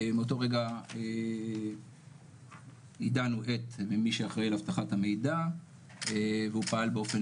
מאותו רגע יידענו את מי שאחראי על אבטחת המידע והוא פעל באופן